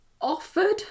offered